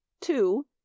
two